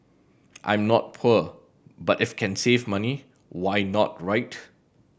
I'm not poor but if can save money why not right